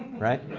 right?